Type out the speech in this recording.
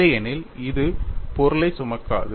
இல்லையெனில் அது பொருளைச் சுமக்காது